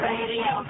Radio